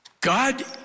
God